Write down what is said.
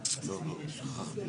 אז הסעיף הזה הוא